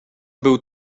był